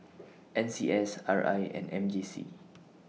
N C S R I and M J C